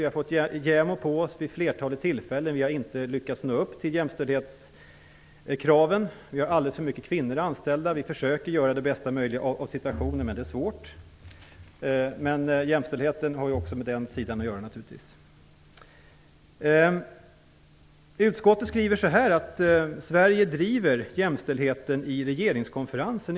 Vi har fått JämO på oss vid ett flertal tillfällen. Vi har inte lyckats nå upp till jämställdhetskraven. Vi har alldeles för mycket kvinnor anställda. Vi försöker göra det bästa möjliga av situationen, men det är svårt. Men jämställdheten har naturligtvis också med den sidan av problemet att göra. Utskottet skriver att Sverige driver frågan om jämställdhet i regeringskonferensen.